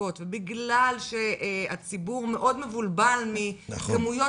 החלוקות ובגלל שהציבור מאוד מבולבל מכמויות